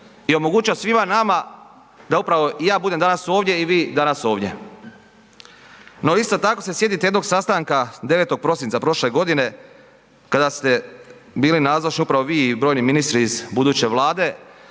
i omogućio svima nadam da upravo i ja budem danas ovdje i vi danas ovdje. No isto tako se sjetite jednog sastanka 9. prosinca prošle godine kada ste bili nazočni upravo vi i brojni ministri iz buduće vlade,